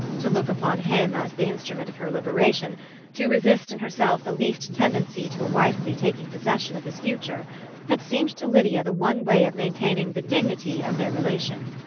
to look upon him as the instrument of her liberation to resist in herself the least tendency to a wifely taking possession of his future had seemed to lydia the one way of maintaining the dignity of their relation.